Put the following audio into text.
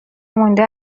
مونده